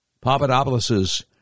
Papadopoulos